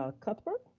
ah cuthbert.